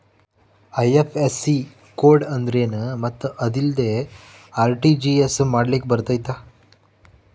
IFSC code ಅಂದ್ರೇನು ಮತ್ತು ಅದಿಲ್ಲದೆ ಆರ್.ಟಿ.ಜಿ.ಎಸ್ ಮಾಡ್ಲಿಕ್ಕೆ ಬರ್ತೈತಾ?